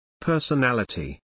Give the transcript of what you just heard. Personality